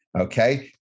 Okay